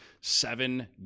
Seven